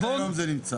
עד היום זה נמצא.